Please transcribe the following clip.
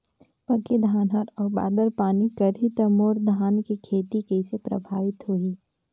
पके धान हे अउ बादर पानी करही त मोर धान के खेती कइसे प्रभावित होही?